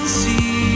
see